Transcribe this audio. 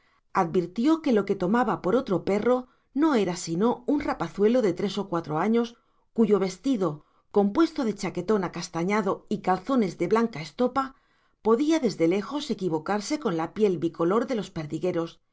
advirtió que lo que tomaba por otro perro no era sino un rapazuelo de tres a cuatro años cuyo vestido compuesto de chaquetón acastañado y calzones de blanca estopa podía desde lejos equivocarse con la piel bicolor de los perdigueros